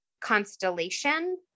constellation